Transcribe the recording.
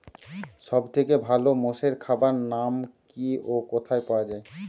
সব থেকে ভালো মোষের খাবার নাম কি ও কোথায় পাওয়া যায়?